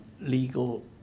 legal